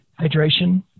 Hydration